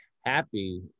Happy